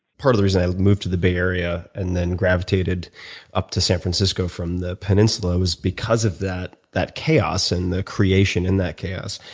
part of the reason i moved to the bay area and then gravitated up to san francisco from the peninsula is because of that that chaos and the creation in that chaos.